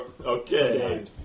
Okay